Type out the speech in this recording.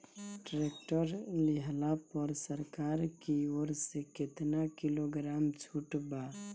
Tractor लिहला पर सरकार की ओर से केतना किलोग्राम छूट बा?